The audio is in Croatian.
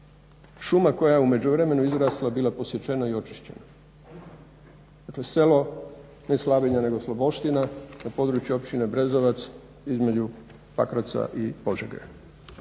šuma koja je u međuvremenu izrasla bila posječena i očišćena. Dakle, selo ne Slavinja nego Sloboština na području općine Brezovac između Pakraca i Požege.